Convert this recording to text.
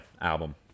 album